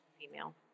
female